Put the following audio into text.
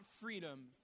freedom